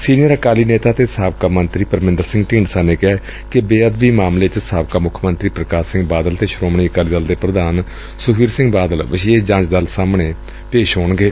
senior Akali ਨੇਤਾ ਅਤੇ ਸਾਬਕਾ ਮੰਤਰੀ ਪਰਮਿੰਦਰ ਸਿੰਘ ਢੀਂਡਸਾ ਨੇ ਕਿਹੈ ਕਿ ਬੇਅਦਬੀ ਮਾਮਲੇ ਚ ਸਾਬਕਾ ਮੁੱਖ ਮੰਤਰੀ ਪ੍ਕਾਸ਼ ਸਿੰਘ ਬਾਦਲ ਅਤੇ ਸ੍ੱਮਣੀ ਅਕਾਲੀ ਦਲ ਦੇ ਪ੍ਰਧਾਨ ਸੁਖਬੀਰ ਸਿੰਘ ਬਾਦਲ ਵਿਸ਼ੇਸ਼ ਜਾਂਚ ਦਲ ਸਾਹਮਣੇ ਹਾਜ਼ਰ ਹੋਣਗੇ